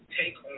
take